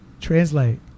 translate